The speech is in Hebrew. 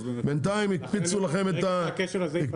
בינתיים הקפיצו לכם את ----- צריך שהכשל הזה ייפתר.